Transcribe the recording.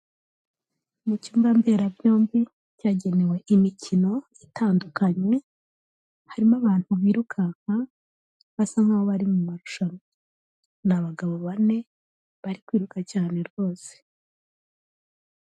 Mu cyumba mberabyombi cyagenewe imikino itandukanye, harimo abantu birukanka, basa nk'aho bari mu marushanwa, ni abagabo bane bari kwiruka cyane rwose.